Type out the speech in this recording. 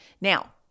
now